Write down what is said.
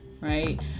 right